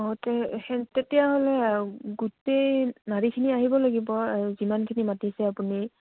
অঁ তে সেই তেতিয়াহ'লে গোটেই নাৰীখিনি আহিব লাগিব আৰু যিমানখিনি মাতিছে আপুনি